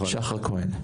שחר כהן.